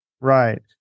Right